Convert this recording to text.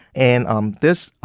and um this,